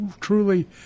truly